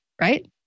right